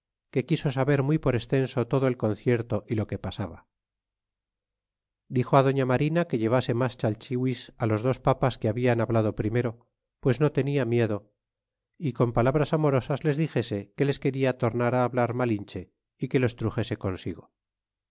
que quiso saber muy por extenso todo el concierto y lo que pasaba y dixo doña marina que llevase mas chalchihuis los dos papas que habla hablado primero pues no tenia miedo é con palabras amorosas les dixese que les quería tornar a hablar malinche é que los truxese consigo